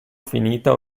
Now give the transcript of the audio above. finita